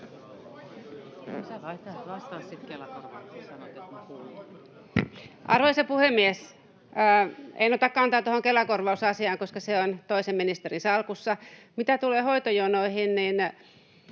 Arvoisa puhemies! En ota kantaa tuohon Kela-korvausasiaan, koska se on toisen ministerin salkussa. Mitä tulee hoitojonoihin, niin